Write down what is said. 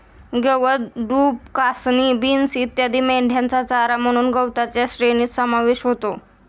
गवत, डूब, कासनी, बीन्स इत्यादी मेंढ्यांचा चारा म्हणून गवताच्या श्रेणीत समावेश होतो